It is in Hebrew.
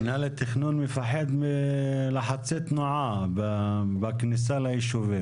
מינהל התכנון מפחד מלחצי תנועה בכניסה ליישובים.